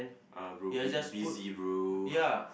uh bro be busy bro